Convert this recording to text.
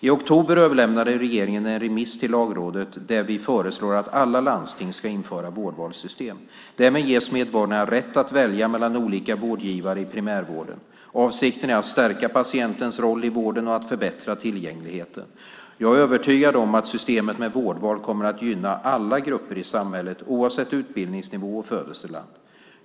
I oktober överlämnade regeringen en remiss till Lagrådet där vi föreslår att alla landsting ska införa vårdvalssystem. Därmed ges medborgarna rätt att välja mellan olika vårdgivare i primärvården. Avsikten är att stärka patientens roll i vården och att förbättra tillgängligheten. Jag är övertygad om att systemet med vårdval kommer att gynna alla grupper i samhället, oavsett utbildningsnivå och födelseland.